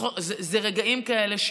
זה רגעים כאלה,